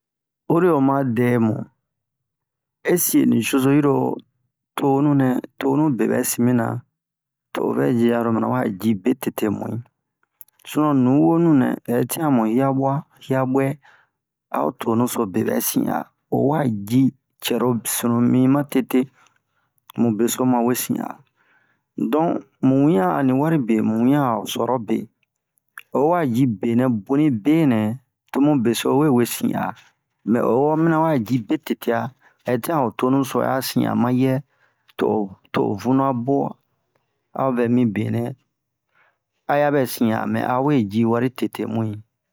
Oyi ro oma dɛmu ɛse'e nicozo yiro tonu nɛ tonu be bɛ sin mɛna to'o vɛ ji aro mina wa ji be tete mu'i sinon nuwonu nɛ hɛtian mu hiyabwa mu hiyabwɛ a'o tonu so bepɛ sin a o wa ji cɛrosunu mi ma tete mu beso ma ɲesin a don mu wiyan ani wari be mu wiyan a'o sorobe o wa ji benɛ boni benɛ mu beso we wesin a mɛ o mina wa ji be tete'a hɛtian ho tonu so a sin a mayɛ to'o to'o vunu'a bwo a'o vɛ mi benɛ a yabɛ sin'a a'o we ji wari tete mu'i